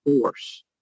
force